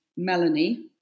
Melanie